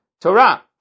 Torah